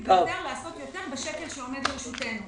ביותר לעשות יותר בשקל שעומד לרשותנו.